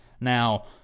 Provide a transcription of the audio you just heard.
Now